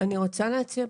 אני רוצה להציע,